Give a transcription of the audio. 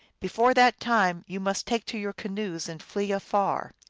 before that time you must take to your canoes and flee afar.